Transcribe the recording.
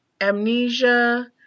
Amnesia